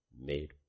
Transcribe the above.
made